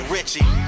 Richie